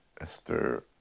Esther